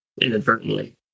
inadvertently